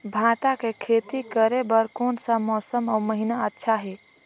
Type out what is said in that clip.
भांटा के खेती करे बार कोन सा मौसम अउ महीना अच्छा हे?